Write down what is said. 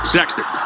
Sexton